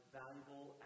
valuable